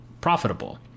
profitable